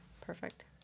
Perfect